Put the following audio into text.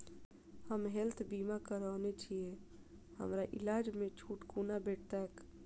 हम हेल्थ बीमा करौने छीयै हमरा इलाज मे छुट कोना भेटतैक?